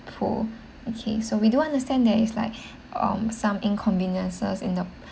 pool okay so we do understand there is like um some inconveniences in the